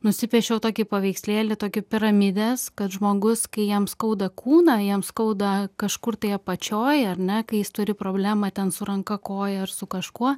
nusipiešiau tokį paveikslėlį tokį piramidės kad žmogus kai jam skauda kūną jam skauda kažkur tai apačioj ar ne kai jis turi problemą ten su ranka koja ar su kažkuo